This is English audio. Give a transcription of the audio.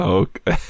okay